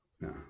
No